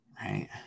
Right